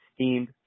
steamed